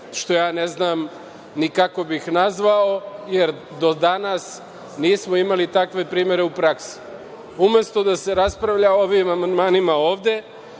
što ja ne znam ni kako bih nazvao, jer do danas nismo imali takve primere u praski. Umesto da se raspravlja o ovim amandmanima ovde,